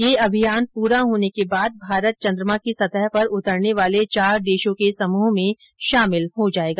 यह अभियान पूरा होने के बाद भारत चन्द्रमा की सतह पर उतरने वाले चार देशों के समूह में शामिल हो जायेगा